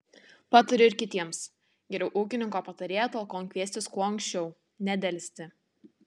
patariu ir kitiems geriau ūkininko patarėją talkon kviestis kuo anksčiau nedelsti